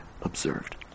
observed